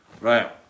Right